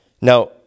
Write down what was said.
Now